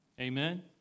Amen